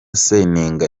seninga